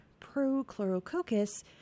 Prochlorococcus